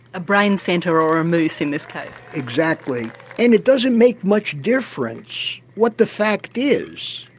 a brain centre or a moose in this case. exactly and it doesn't make much difference what the fact is.